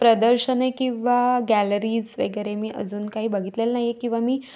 प्रदर्शने किंवा गॅलरीज वगैरे मी अजून काही बघितलेल्या नाही आहे किंवा मी